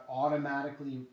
automatically